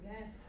Yes